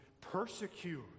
persecute